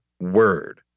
word